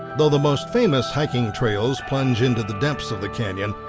though the most famous hiking trails plunge into the depths of the canyon,